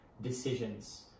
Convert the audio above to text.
decisions